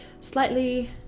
slightly